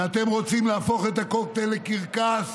ואתם רוצים להפוך את הכותל לקרקס